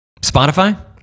spotify